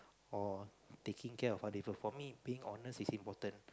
or taking care of other people for me being honest is important